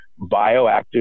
bioactive